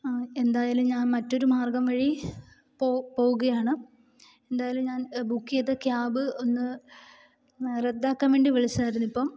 എന്തായാലും ഞാൻ മറ്റൊരു മാർഗം വഴി പോ പോകുകയാണ് എന്തായാലും ഞാൻ ബുക്ക് ചെയ്ത് ക്യാബ് ഒന്ന് റദ്ദാക്കാൻ വേണ്ടി വിളിച്ചതായിരുന്നിപ്പം